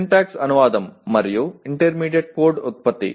syntax అనువాదం మరియు intermediate code ఉత్పత్తి